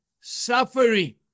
suffering